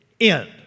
end